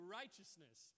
righteousness